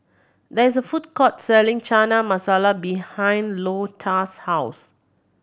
there is a food court selling Chana Masala behind Lota's house